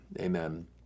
amen